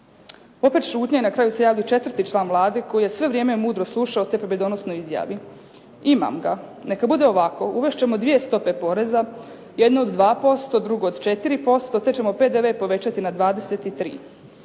Opet šutnja. I na kraju se javi četvrti član Vlade koji je sve vrijeme mudro slušao te pobjedonosno izjavi imam ga, neka bude ovako, uvest ćemo 2 stope poreza, jednu od 2% a drugu od 4% te ćemo PDV povećati na 23.